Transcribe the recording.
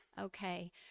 Okay